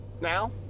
now